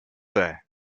there